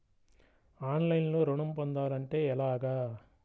ఆన్లైన్లో ఋణం పొందాలంటే ఎలాగా?